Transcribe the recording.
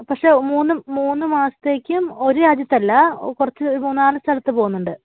പക്ഷേ മൂന്ന് മൂന്ന് മാസത്തേക്കും ഒരു രാജ്യത്തല്ല കുറച്ച് ഒരു മൂന്നു നാല് സ്ഥലത്ത് പോകുന്നുണ്ട്